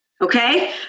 okay